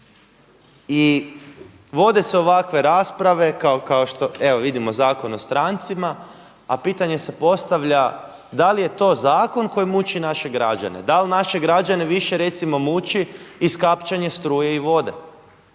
i vode se ovakve rasprave kao što evo vidimo Zakon o strancima, a pitanje se postavlja da li je to zakon koji muči naše građane, da li naše građane više recimo muči iskapčanje struje i vode,